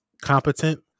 competent